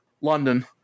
London